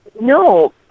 No